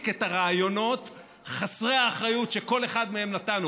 את הראיונות חסרי האחריות שכל אחד מהם נתן,